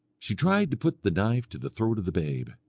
she tried to put the knife to the throat of the babe,